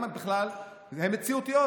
אם בכלל הן מציאותיות,